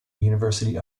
university